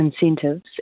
incentives